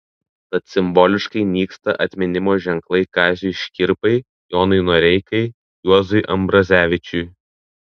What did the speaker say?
tad simboliškai nyksta atminimo ženklai kaziui škirpai jonui noreikai juozui ambrazevičiui